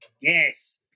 Yes